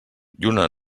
lluna